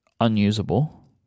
unusable